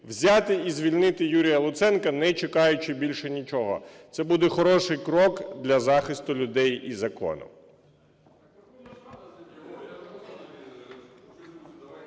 взяти і звільнити Юрія Луценка, не чекаючи більше нічого. Це буде хороший крок для захисту людей і закону.